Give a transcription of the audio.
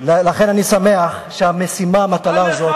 לכן אני שמח שהמטלה הזאת,